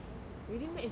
really meh is in the